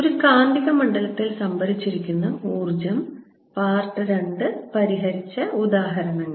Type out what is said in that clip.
ഒരു കാന്തിക മണ്ഡലത്തിൽ സംഭരിച്ചിരിക്കുന്ന ഊർജ്ജം II പരിഹരിച്ച ഉദാഹരണങ്ങൾ